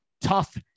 tough